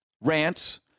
rants